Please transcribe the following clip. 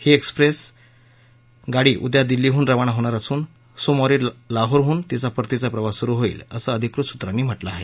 ही railway गाडी उद्या दिल्लीहून रवाना होणार असून सोमवारी लाहोरहून तिचा परतीचा प्रवास सुरु होईल असं अधिकृत सूत्रांनी म्हानिं आहे